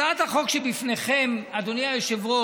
הצעת החוק שלפניכם, אדוני היושב-ראש,